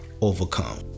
overcome